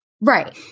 Right